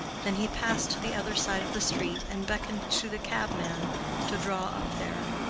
than he passed to the other side of the street and beckoned to the cabman to draw up there.